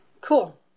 cool